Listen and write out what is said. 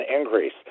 increase